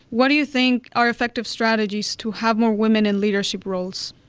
what do you think are effective strategies to have more women in leadership roles?